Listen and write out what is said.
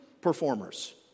performers